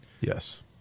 Yes